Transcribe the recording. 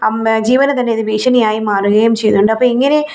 അമ്മ് ജീവനു തന്നെ അത് ഭീഷണിയായി മാറുകയും ചെയ്യുന്നുണ്ട് അപ്പോള് ഇങ്ങനെ